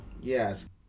Yes